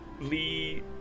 Lee